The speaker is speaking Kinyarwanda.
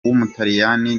w’umutaliyani